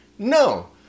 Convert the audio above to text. No